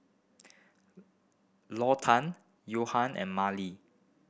Lawton and Marlee